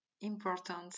important